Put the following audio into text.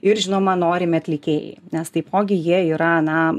ir žinoma norimi atlikėjai nes taipogi jie yra na